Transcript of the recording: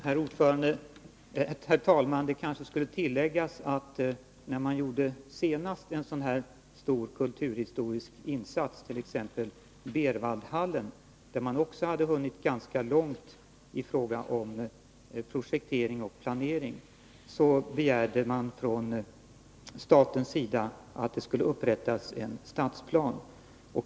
Herr talman! Det kanske skulle behöva tilläggas att när det senast gjordes en stor kulturhistorisk insats, för Berwaldhallen, hade man också hunnit ganska långt i fråga om projektering och planering, men man begärde från statens sida att en stadsplan skulle upprättas.